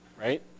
right